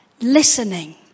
listening